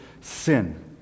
sin